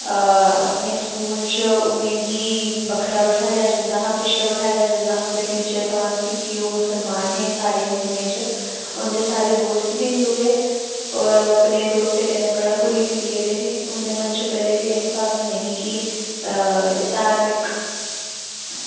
अपने स्कूल च उ'नेंगी बक्खरा बठालेआ जंदा हा पिच्छें बठालेआ जंदा हा उं'दे टीचर थमां क्योंकि ओह् मुसलमान हे सारे हिंदुएं च उं'दे सारे दोस्त बी हिंदू हे होर ओह् अपने दोस्तें कन्नै बड़ा घुली मिली गेदे हे उं'दे मन च कदें बी ऐसी भावना नेईं ही कि धार्मिक